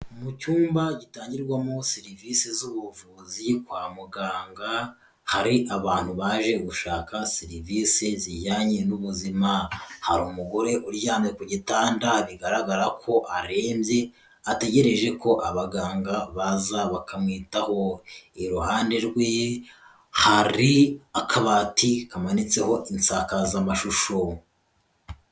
Mu cyumba gitangirwamo serivisi z'ubuvuzi kwa muganga hari abantu baje gushaka serivisi zijyanye n'ubuzima hari umugore uryamye ku gitanda bigaragara ko arembye ategereje ko abaganga baza bakamwitaho iruhande rwe hari akabati kamanitseho insakazamashusho.